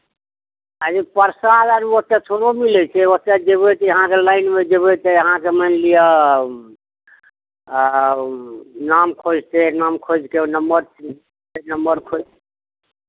आ जे परचा आर ओतय थोड़ो मिलै छै ओतय जेबै तऽ अहाँके लाइनमे जेबै तऽ अहाँके मानि लिअ ओ नाम खोजतै नाम खोजि कऽ नम्बर नम्बर खोजि